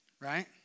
right